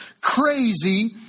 crazy